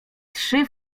trzy